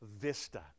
vista